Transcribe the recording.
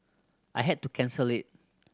I had to cancel it